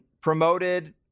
promoted